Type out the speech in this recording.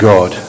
God